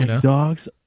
Dogs